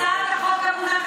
הסתה על חשבון הקופה